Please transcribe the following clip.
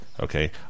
Okay